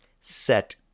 set